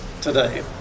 today